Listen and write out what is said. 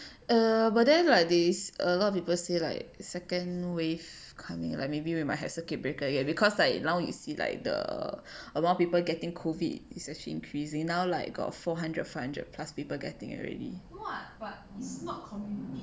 err but then like there's a lot of people say like second wave coming like maybe will have circuit breaker because like now you see like the err a lot people getting COVID is actually increasing now like got four hundred five hundred plus people getting already